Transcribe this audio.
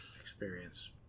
experience